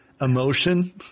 emotion